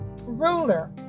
ruler